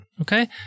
Okay